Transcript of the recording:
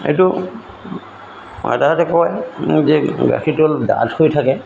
এইটো আইতাহঁতে কয় যে গাখীৰটো অলপ ডাঠ হৈ থাকে